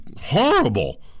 horrible